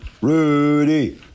Rudy